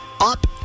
up